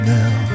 now